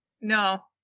no